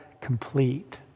complete